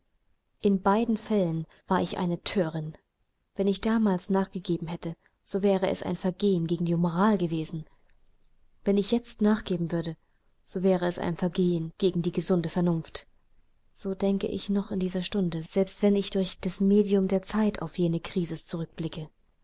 in beiden fällen war ich eine thörin wenn ich damals nachgegeben hätte so wäre es ein vergehen gegen die moral gewesen wenn ich jetzt nachgeben würde so wäre es ein vergehen gegen die gesunde vernunft so denke ich noch in dieser stunde selbst wenn ich durch das medium der zeit auf jene krisis zurückblicke